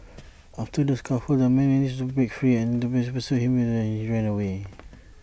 after the scuffle the man managed to break free and the pair pursued him when he ran away